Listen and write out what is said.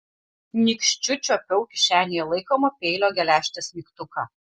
nykščiu čiuopiau kišenėje laikomo peilio geležtės mygtuką